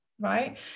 right